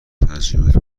تجربیات